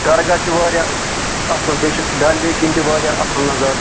درگاہ چھُ واریاہ اَصٕل بیٚیہِ چھُ ڈَل لیک کِنۍ تہِ واریاہ اَصٕل نظار